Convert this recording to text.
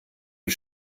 die